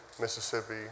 mississippi